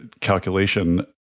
calculation